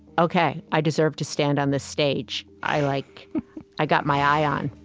ok, i deserve to stand on this stage. i like i got my i on